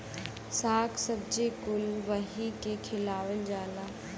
शाक सब्जी कुल वही के खियावल जाला